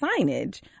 signage